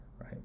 Right